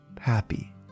happy